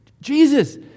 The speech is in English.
Jesus